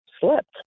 slept